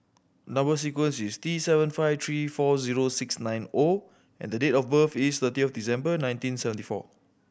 number sequence is T seven five three four zero six nine O and date of birth is thirty of December nineteen seventy four